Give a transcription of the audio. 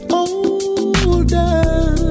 older